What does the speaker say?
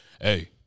hey